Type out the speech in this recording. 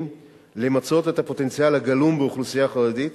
למצות את הפוטנציאל הגלום באוכלוסייה החרדית,